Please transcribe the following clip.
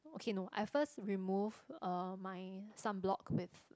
okay no I first remove uh my sunblock with